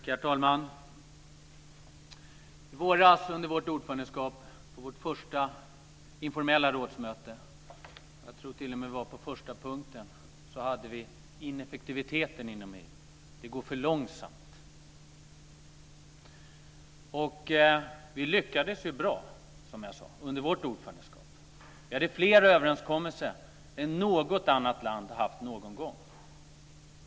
Herr talman! I våras under vårt ordförandeskap på vårt första informella rådsmöte - jag tror t.o.m. att det var på första punkten - hade vi uppe frågan om ineffektiviteten inom EU. Det går för långsamt. Vi lyckades bra under vårt ordförandeskap, som jag sade. Vi hade flera överenskommelser än något annat land haft någon gång.